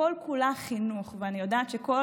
שבכל פעם שנכנסים אליו הביתה אפשר לפגוש שם את כל ירוחם,